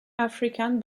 african